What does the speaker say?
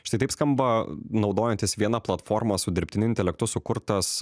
štai taip skamba naudojantis viena platforma su dirbtiniu intelektu sukurtas